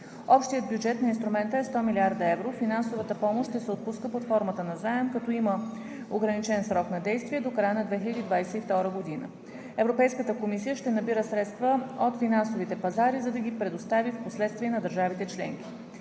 Общият бюджет на Инструмента е 100 млрд. евро. Финансовата помощ ще се отпуска под формата на заем, като има ограничен срок на действие – до края на 2022 г. Европейската комисия ще набира средства от финансовите пазари, за да ги предостави впоследствие на държавите членки.